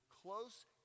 close